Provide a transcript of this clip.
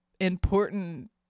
important